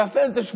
תעשה את זה.